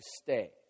stay